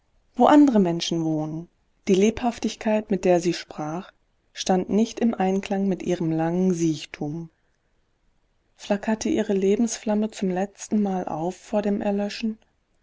wo andere menschen wohnen die lebhaftigkeit mit der sie sprach stand nicht im einklang mit ihrem langen siechtum flackerte ihre lebensflamme zum letztenmal auf vor dem erlöschen